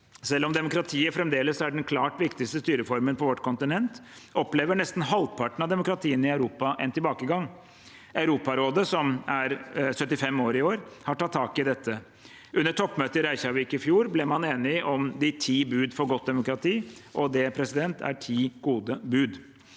Selv om demokratiet fremdeles er den klart viktigste styreformen på vårt kontinent, opplever nesten halvparten av demokratiene i Europa en tilbakegang. Europarådet – som er 75 år i år – har tatt tak i dette. Under toppmøtet i Reykjavik i fjor ble man enige om «de 10 bud for godt demokrati», og det er ti gode bud.